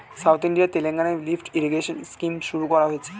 south ইন্ডিয়ার তেলেঙ্গানায় lift irrigation scheme শুরু করা হয়েছে